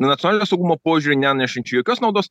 nacionalinio saugumo požiūriu neatnešančio jokios naudos